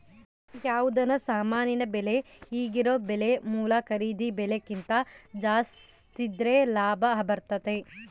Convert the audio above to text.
ಯಾವುದನ ಸಾಮಾನಿನ ಬೆಲೆ ಈಗಿರೊ ಬೆಲೆ ಮೂಲ ಖರೀದಿ ಬೆಲೆಕಿಂತ ಜಾಸ್ತಿದ್ರೆ ಲಾಭ ಬರ್ತತತೆ